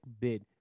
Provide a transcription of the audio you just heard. bid